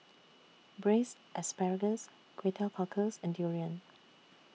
Braised Asparagus Kway Teow Cockles and Durian